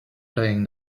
playing